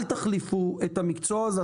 אל תחליפו את המקצוע הזה,